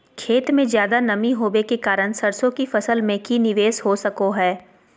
खेत में ज्यादा नमी होबे के कारण सरसों की फसल में की निवेस हो सको हय?